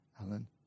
Alan